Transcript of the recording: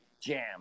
jam